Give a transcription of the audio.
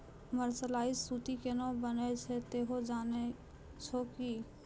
mercerised सूती केना बनै छै तोहों जाने छौ कि